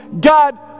god